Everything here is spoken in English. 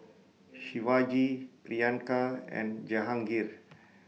Shivaji Priyanka and Jehangirr